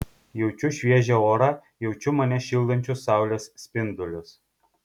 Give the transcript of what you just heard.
jaučiu šviežią orą jaučiu mane šildančius saulės spindulius